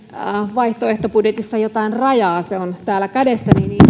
vaihtoehtobudjetissa jotain rajaa se on täällä kädessäni on myös